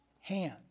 hand